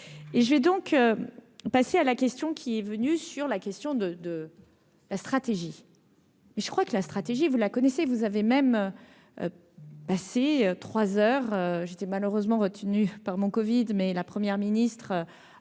et j'ai donc passé à la question qui est venu sur la question de de la stratégie, mais je crois que la stratégie, vous la connaissez, vous avez même passé 3 heures j'étais malheureusement par mon Covid, mais la première ministre